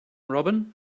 robin